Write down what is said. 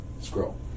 Scroll